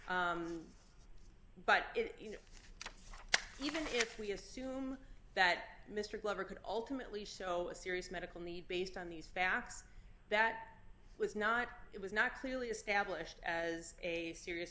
it you know even if we assume that mr glover could ultimately so a serious medical need based on these facts that was not it was not clearly established as a serious